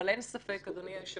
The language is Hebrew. אבל אין ספק, אדוני היושב-ראש,